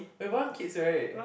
we want kids right